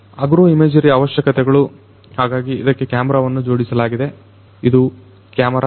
agro imagery ಅವಶ್ಯಕತೆಗಳು ಹಾಗಾಗಿ ಇದಕ್ಕೆ ಕ್ಯಾಮೆರಾವನ್ನು ಜೋಡಿಸಲಾಗಿದೆ ಇದು ಕ್ಯಾಮೆರಾ